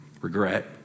regret